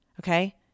Okay